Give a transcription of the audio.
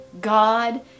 god